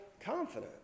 confident